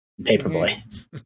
Paperboy